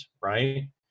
Right